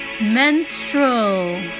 Menstrual